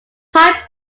pipe